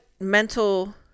mental